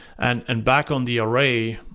and and back on the array